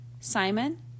Simon